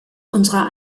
unserer